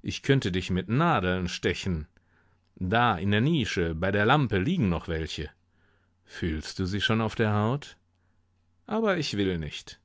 ich könnte dich mit nadeln stechen da in der nische bei der lampe liegen noch welche fühlst du sie schon auf der haut aber ich will nicht